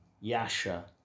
Yasha